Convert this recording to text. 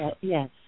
yes